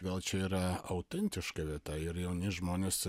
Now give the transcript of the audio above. gal čia yra autentiška vieta ir jauni žmonės